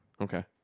okay